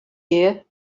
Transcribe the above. year